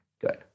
Good